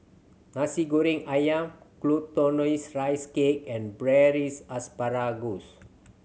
Nasi Goreng Ayam Glutinous Rice Cake and Braised Asparagus